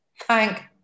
thank